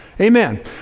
Amen